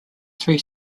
three